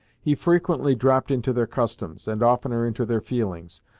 he frequently dropped into their customs, and oftener into their feelings,